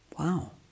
Wow